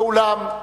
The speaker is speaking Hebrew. ואולם,